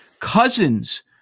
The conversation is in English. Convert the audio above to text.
Cousins